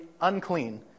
unclean